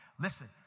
Listen